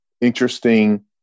interesting